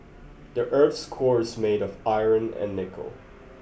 the earth's core is made of iron and nickel